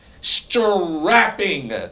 strapping